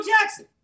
Jackson